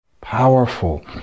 powerful